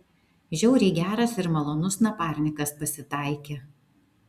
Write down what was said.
žiauriai geras ir malonus naparnikas pasitaikė